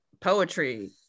poetry